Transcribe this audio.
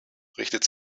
richtet